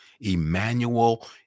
emmanuel